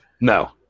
No